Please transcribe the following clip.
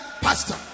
pastor